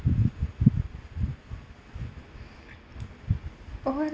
oh I